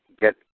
get